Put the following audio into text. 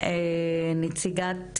לנציגת